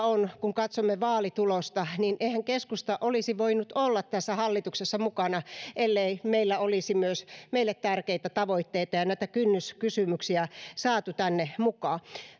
on kun katsomme vaalitulosta että eihän keskusta olisi voinut olla tässä hallituksessa mukana ellei olisi myös meille tärkeitä tavoitteita ja näitä kynnyskysymyksiä saatu tänne mukaan